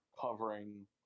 covering